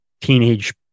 teenage